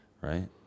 Right